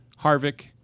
Harvick